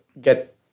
get